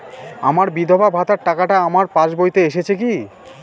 আমার বিধবা ভাতার টাকাটা আমার পাসবইতে এসেছে কি?